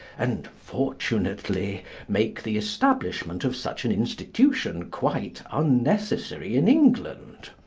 and fortunately make the establishment of such an institution quite unnecessary in england.